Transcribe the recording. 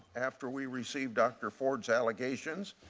after we received dr. ford's allegations,